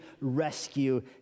rescue